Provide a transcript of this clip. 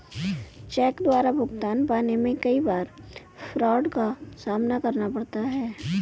check द्वारा भुगतान पाने में कई बार फ्राड का सामना करना पड़ता है